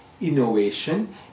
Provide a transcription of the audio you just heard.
innovation